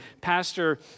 Pastor